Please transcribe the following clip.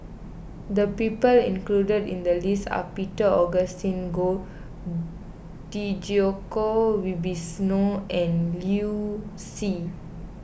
the people included in the list are Peter Augustine Goh Djoko Wibisono and Liu Si